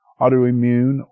autoimmune